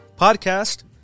podcast